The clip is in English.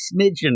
smidgen